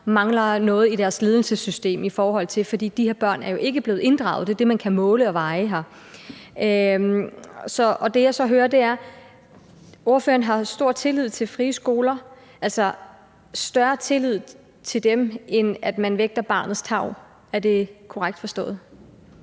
mangler noget i deres ledelsessystem, for de her børn er jo ikke blevet inddraget. Det er det, man her kan måle og veje. Det, jeg så hører, er, at ordføreren har stor tillid til frie skoler – altså større tillid til dem, end at man vægter barnets tarv. Er det korrekt forstået?